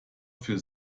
für